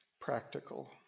practical